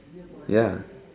ya